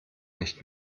nicht